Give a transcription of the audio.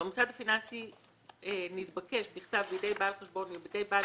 והמוסד הפיננסי נתבקש בכתב בידי בעל חשבון ובידי בעל